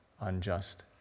unjust